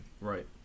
right